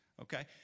okay